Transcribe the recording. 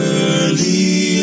early